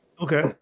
Okay